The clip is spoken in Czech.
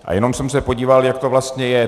A jenom jsem se podíval, jak to vlastně je.